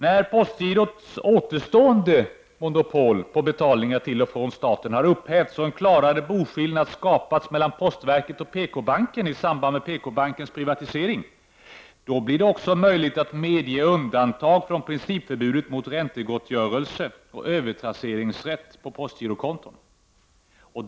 När postgirots återstående monopol på betalningar till och från staten har upphävts och en klarare boskillnad skapats mellan postverket och PKbanken i samband med den senares privatisering, blir det också möjligt att medge undantag från principförbudet mot räntegottgörelse och övertrasseringsrätt på postgirokonton.